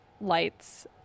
lights